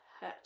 hurt